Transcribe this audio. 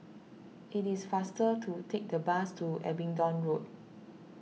it is faster to take the bus to Abingdon Road